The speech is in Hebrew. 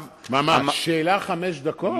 שאלה חמש דקות?